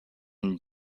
and